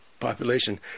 population